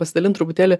pasidalint truputėlį